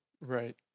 right